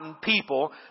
people